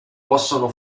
possono